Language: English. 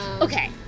Okay